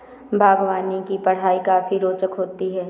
बागवानी की पढ़ाई काफी रोचक होती है